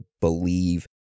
believe